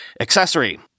accessory